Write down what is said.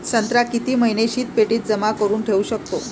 संत्रा किती महिने शीतपेटीत जमा करुन ठेऊ शकतो?